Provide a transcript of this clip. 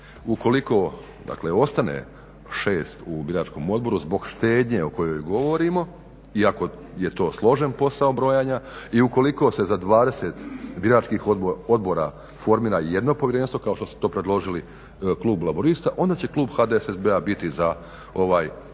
ukoliko ostane 6 u biračkom odboru zbog štednje o kojoj govorimo i ako je to složen posao brojanja i ukoliko se za 20 biračkih odbora formira jedno povjerenstvo kao što su to predložili klub laburista onda će klub HDSSB-a biti za ovaj zakonski